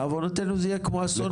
בעוונותינו זה יהיה כמו אסון מירון.